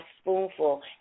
spoonful